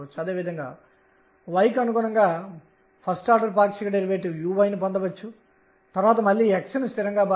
మరియు ఈ విధంగా కోణీయ ద్రవ్యవేగం కాంపోనెంట్ అంశం kℏ